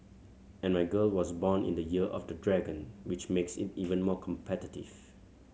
and my girl was born in the Year of the Dragon which makes it even more competitive